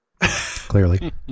Clearly